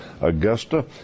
Augusta